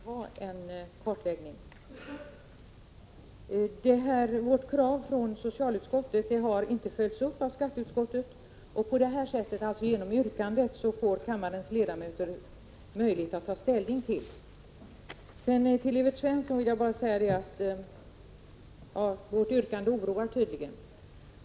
Herr talman! Jag vill först säga till Inga Lantz: Det är just för att få ned bruket och missbruket som vi vill ha en kartläggning. Kravet från socialut-' skottet har inte följts upp av skatteutskottet, men genom detta yrkande får kammarens ledamöter möjlighet att ta ställning till det. Till Evert Svensson vill jag bara säga: Vårt yrkande oroar tydligen.